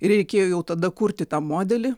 reikėjo jau tada kurti tą modelį